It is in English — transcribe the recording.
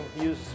use